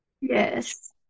Yes